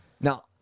Now